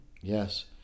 Yes